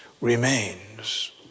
remains